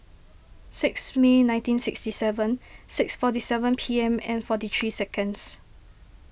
six May nineteen sixty seven six forty seven P M and forty three seconds